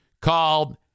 called